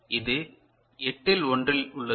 எனவே இது 8 இல் 1 இல் உள்ளது